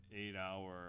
eight-hour